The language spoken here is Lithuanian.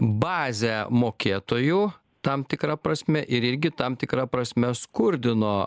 bazę mokėtojų tam tikra prasme ir irgi tam tikra prasme skurdino